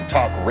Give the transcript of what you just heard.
Talk